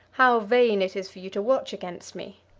how vain it is for you to watch against me.